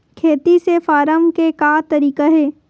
खेती से फारम के का तरीका हे?